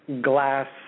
glass